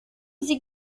sie